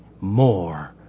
more